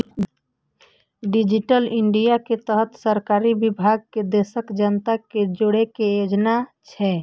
digital India के तहत सरकारी विभाग कें देशक जनता सं जोड़ै के योजना छै